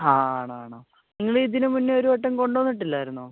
ആണോ ആണോ നിങ്ങളിതിനു മുന്നേ ഒരുവട്ടം കൊണ്ടുവന്നിട്ടില്ലായിരുന്നോ